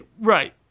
Right